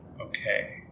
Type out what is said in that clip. Okay